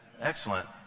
excellent